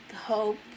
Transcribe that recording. hope